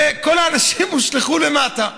כל האנשים הושלכו למטה.